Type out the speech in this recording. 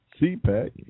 CPAC